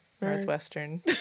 Northwestern